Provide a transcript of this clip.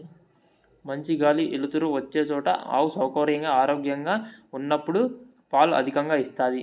మంచి గాలి ఎలుతురు వచ్చే చోట ఆవు సౌకర్యంగా, ఆరోగ్యంగా ఉన్నప్పుడు పాలు అధికంగా ఇస్తాది